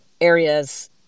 areas